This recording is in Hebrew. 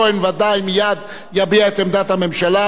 ואתה תוכל להשיב לו אם עמדתה לא תמצא חן בעיניך.